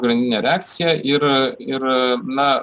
grandininė reakcija ir ir na